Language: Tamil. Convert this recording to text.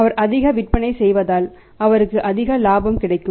அவர் அதிக விற்பனை செய்வதால் அவருக்கு அதிக லாபம் கிடைக்கும்